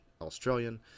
Australian